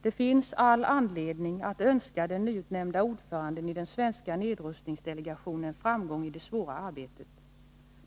Det finns all anledning att önska den nyutnämnda ordföranden i den svenska nedrustningsdelegationen framgång i det svåra arbetet.